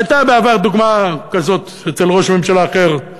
הייתה בעבר דוגמה כזאת אצל ראש ממשלה אחר,